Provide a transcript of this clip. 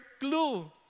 clue